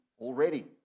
already